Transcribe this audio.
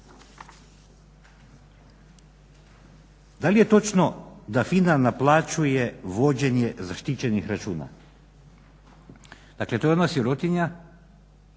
Da li je točno da FINA naplaćuje vođenje zaštićenih računa? Dakle, to je ona sirotinja